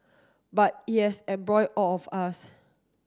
but it has embroiled all of us